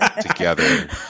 together